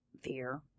fear